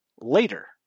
later